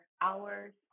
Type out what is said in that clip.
hours